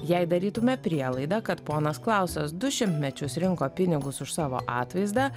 jei darytume prielaidą kad ponas klausas du šimtmečius rinko pinigus už savo atvaizdą